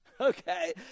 Okay